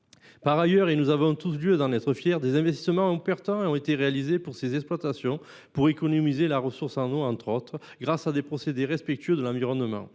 Par ailleurs, et nous avons tout lieu d’en être fiers, des investissements importants ont été réalisés sur ces exploitations pour économiser la ressource en eau, entre autres, grâce à des procédés respectueux de l’environnement.